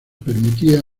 permitía